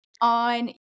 on